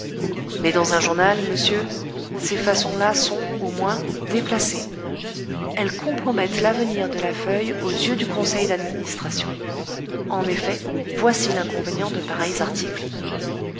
mais dans un journal monsieur ces façons là sont au moins déplacées elles compromettent l'avenir de la feuille aux yeux du conseil d'administration en effet voici l'inconvénient de pareils articles